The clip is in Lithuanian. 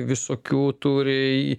visokių turi